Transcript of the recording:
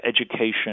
Education